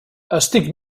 estic